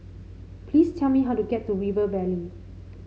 please tell me how to get to River Valley